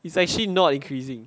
it's actually not increasing